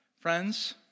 Friends